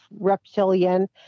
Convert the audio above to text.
reptilian